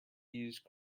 used